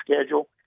schedule